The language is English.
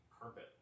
carpet